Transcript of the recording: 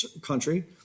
country